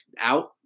out